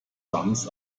sams